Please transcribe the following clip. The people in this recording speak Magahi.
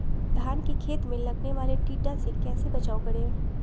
धान के खेत मे लगने वाले टिड्डा से कैसे बचाओ करें?